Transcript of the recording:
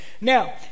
Now